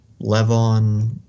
Levon